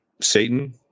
Satan